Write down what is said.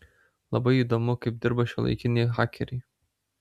labai įdomu kaip dirba šiuolaikiniai hakeriai